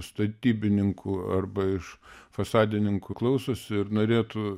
statybininkų arba iš fasadininkų klausosi ir norėtų